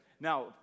Now